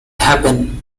happen